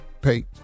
pay